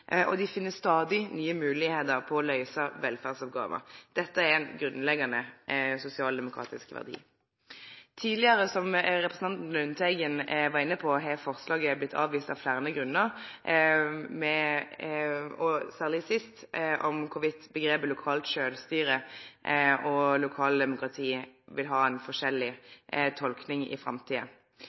og lokalsamfunna, og dei finn stadig nye moglegheiter til å løyse velferdsoppgåver. Dette er ein grunnleggjande sosialdemokratisk verdi. Tidlegare har forslaget – som representanten Lundteigen var inne på – blitt avvist av fleire grunnar, særleg sist, ut frå om omgrepa «lokalt sjølvstyre» og «lokaldemokrati» vil ha ei forskjellig tolking i framtida.